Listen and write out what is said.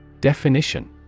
Definition